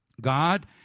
God